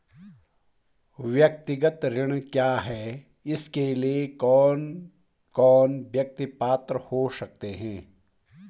व्यक्तिगत ऋण क्या है इसके लिए कौन कौन व्यक्ति पात्र हो सकते हैं?